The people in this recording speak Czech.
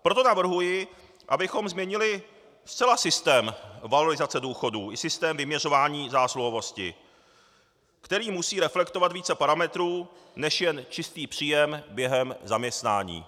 Proto navrhuji, abychom změnili zcela systém valorizace důchodů i systém vyměřování zásluhovosti, který musí reflektovat více parametrů než jen čistý příjem během zaměstnání.